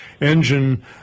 engine